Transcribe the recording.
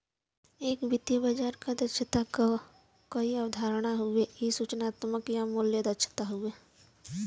एक वित्तीय बाजार क दक्षता क कई अवधारणा हउवे इ सूचनात्मक या मूल्य दक्षता हउवे